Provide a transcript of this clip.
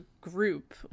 group